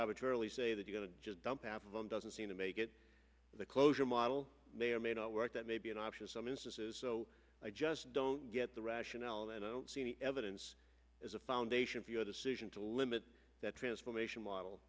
arbitrarily say that you got to just dump half of them doesn't seem to make it the closure model may or may not work that may be an option some instances so i just don't get the rationale and i don't see any evidence as a foundation for your decision to limit that transformation model